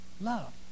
love